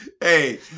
Hey